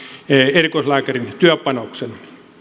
erikoislääkärin työpanoksen